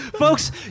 Folks